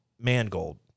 Mangold